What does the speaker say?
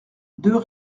deux